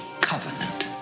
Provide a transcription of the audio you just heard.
covenant